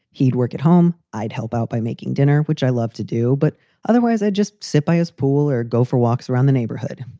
he'd work at home. i'd help out by making dinner, which i love to do. but otherwise i'd just sit by his pool or go for walks around the neighborhood.